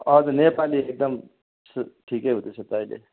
हजुर नेपाली एकदम ठ ठिकै हुँदैछ त अहिले